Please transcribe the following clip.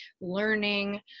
learning